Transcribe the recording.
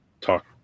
talk